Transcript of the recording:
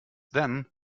then